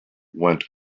went